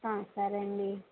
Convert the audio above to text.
సరే అండి